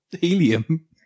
helium